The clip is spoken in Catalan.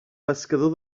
pescador